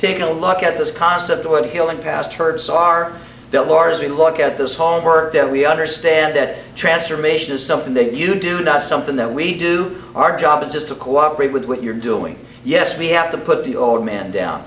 take a look at this concept what healing past hurts are belarus to look at this whole work that we understand that transformation is something that you do not something that we do our job is just to cooperate with what you're doing yes we have to put the old man down